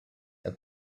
have